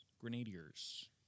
Grenadiers